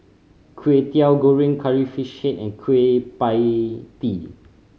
Kwetiau Goreng Curry Fish Head and Kueh Pie Tee